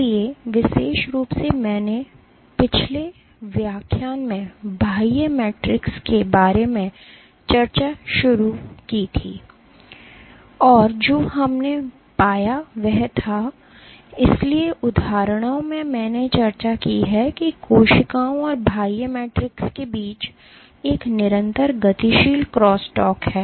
इसलिए विशेष रूप से मैंने पिछले व्याख्यान में बाह्य मैट्रिक्स के बारे में चर्चा करना शुरू कर दिया और जो हमने पाया वह था इसलिए उदाहरणों में मैंने चर्चा की है कि कोशिकाओं और बाह्य मैट्रिक्स के बीच एक निरंतर गतिशील क्रॉसस्टॉक है